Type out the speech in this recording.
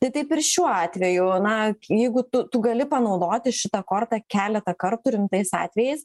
tai taip ir šiuo atveju na jeigu tu tu gali panaudoti šitą kortą keletą kartų rimtais atvejais